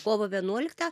kovo vienuolikta